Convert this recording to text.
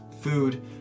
food